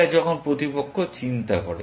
এটা যখন প্রতিপক্ষ চিন্তা করে